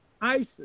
ISIS